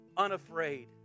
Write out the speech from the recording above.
Unafraid